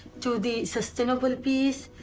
to the sustainable peace,